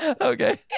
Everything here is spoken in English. Okay